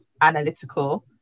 analytical